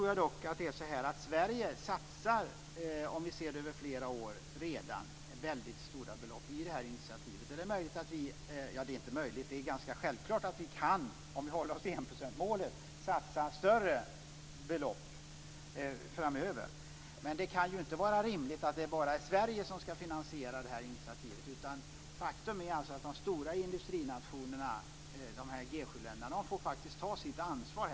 Jag tror dock att Sverige, om vi ser det över flera år, redan satsar mycket stora belopp i initiativet. Det är ganska självklart att vi kan - om vi håller oss till enprocentsmålet - satsa större belopp framöver. Men det kan ju inte vara rimligt att det bara är Sverige som ska finansiera initiativet. Faktum är att de stora industrinationerna, G 7-länderna, faktiskt får ta sitt ansvar.